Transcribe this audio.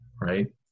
Right